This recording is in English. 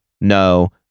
no